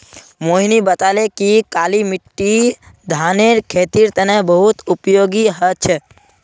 मोहिनी बताले कि काली मिट्टी धानेर खेतीर तने बहुत उपयोगी ह छ